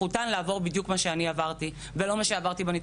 זכותן לעבור בדיוק מה שעברתי עכשיו ולא